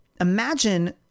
imagine